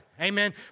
Amen